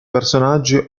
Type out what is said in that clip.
personaggi